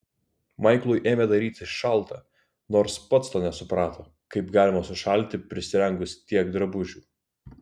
maiklui ėmė darytis šalta nors pats nesuprato kaip galima sušalti prisirengus tiek drabužių